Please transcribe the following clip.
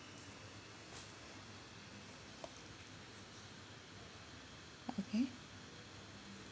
okay